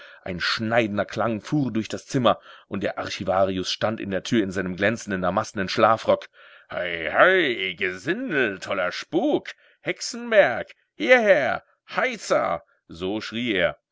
ein schneidender klang fuhr durch das zimmer und der archivarius stand in der tür in seinem glänzenden damastnen schlafrock hei hei gesindel toller spuk hexenwerk hieher heisa so schrie er